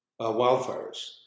wildfires